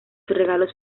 regalos